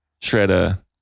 shredder